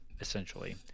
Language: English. essentially